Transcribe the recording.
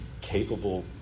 capable